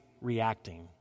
reacting